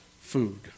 food